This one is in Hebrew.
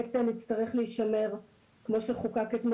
באמת נצטרך להישמר כפי שחוקק אתמול